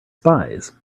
spies